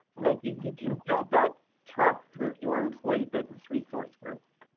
and i think you can build that trust through your employee business resource groups.